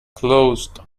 closed